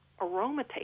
aromatase